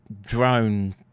drone